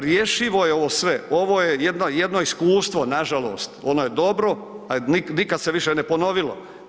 Rješivo je ovo sve, ovo je jedno iskustvo nažalost, ono je dobro, ali nikad se više ne ponovilo.